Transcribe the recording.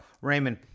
Raymond